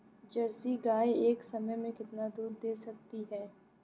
Jersey गाय एक समय में कितना दूध दे सकती है?